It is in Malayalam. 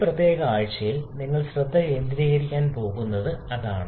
ഈ പ്രത്യേക ആഴ്ചയിൽ നിങ്ങൾ ശ്രദ്ധ കേന്ദ്രീകരിക്കാൻ പോകുന്നത് അതാണ്